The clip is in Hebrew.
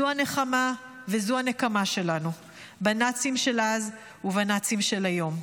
זו הנחמה וזו הנקמה שלנו בנאצים של אז ובנאצים של היום.